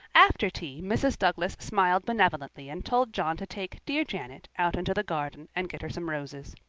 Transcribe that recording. after tea mrs. douglas smiled benevolently and told john to take dear janet out into the garden and get her some roses.